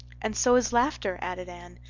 and so is laughter, added anne.